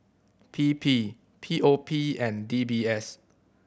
P P P O P and D B S